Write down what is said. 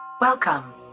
Welcome